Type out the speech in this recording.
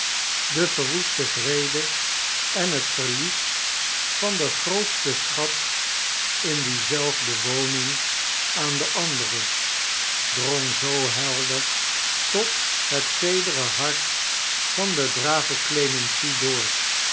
dem verwoesten vrede en het verlies van den grooteten schat in diezelfde woning aan de andere drong zoo helder tot het teedere hart van de brave cle mency door